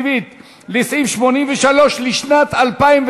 סעיף 83 לשנת 2015,